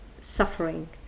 suffering